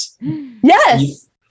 Yes